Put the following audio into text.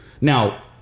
now